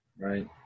Right